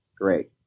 Great